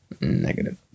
negative